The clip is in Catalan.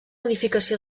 edificació